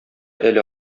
әле